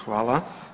Hvala.